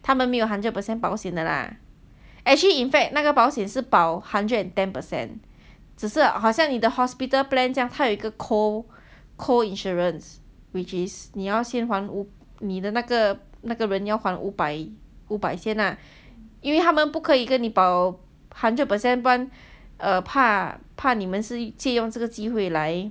他们没有 hundred percent 保险的 lah actually in fact 那个保险是保 hundred and ten percent 只是好像你的 hospital plan 这样它有一个 co~ coinsurance which is 你要先还你的那个那个人要还五百五百先因为他们不可一跟你保 hundred percent 不然怕怕你们是借用这个机会来